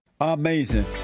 Amazing